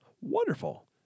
Wonderful